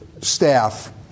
staff